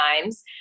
times